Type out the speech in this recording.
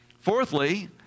Fourthly